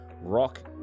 rock